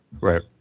Right